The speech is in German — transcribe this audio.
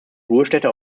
ruhestätte